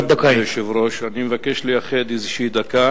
אדוני היושב-ראש, אני מבקש לייחד דקה